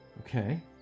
okay